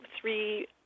three